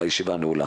הישיבה נעולה.